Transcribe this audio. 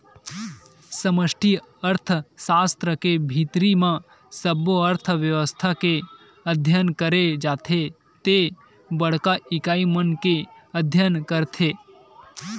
समस्टि अर्थसास्त्र के भीतरी म सब्बो अर्थबेवस्था के अध्ययन करे जाथे ते बड़का इकाई मन के अध्ययन करथे